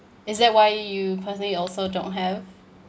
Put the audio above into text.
is that why you personally also don't have